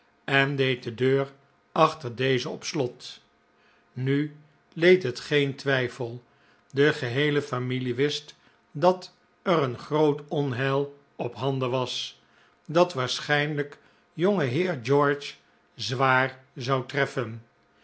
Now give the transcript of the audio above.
en deed de deur achter dezen op slot nu leed het geen twijfel de geheele familie wist dat er een groot onheil op handen was dat waarschijnlijk jongeheer george zwaar zou treffen